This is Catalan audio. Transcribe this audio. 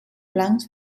blancs